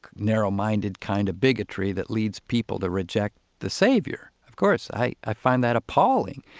narrow-minded kind of bigotry that leads people to reject the savior. of course, i i find that appalling.